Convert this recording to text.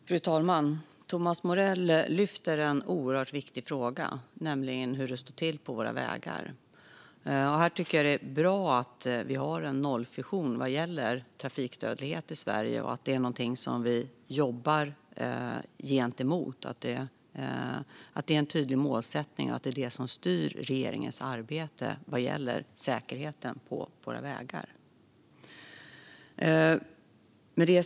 Fru talman! Thomas Morell lyfter en oerhört viktig fråga, nämligen hur det står till på våra vägar. Jag tycker att det är bra att vi har en nollvision vad gäller trafikdödlighet i Sverige och att det är någonting vi jobbar för - att det är en tydlig målsättning och det som styr regeringens arbete med säkerheten på våra vägar.